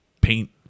paint